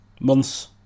months